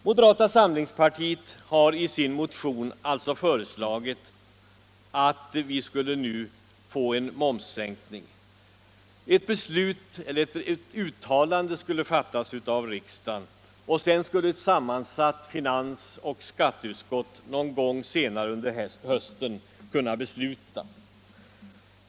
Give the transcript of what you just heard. Moderata samlingspartiet har i sin motion alltså föreslagit att vi nu skulle genomföra en momssänkning. Ett uttalande skulle göras av riksdagen, och sedan skulle ett sammansatt finansoch skatteutskott någon gång senare under sommaren kunna besluta.